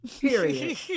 Period